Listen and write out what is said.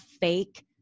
fake